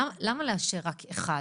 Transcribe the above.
למה לאשר רק אחד?